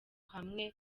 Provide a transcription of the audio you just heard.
hamwe